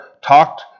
Talked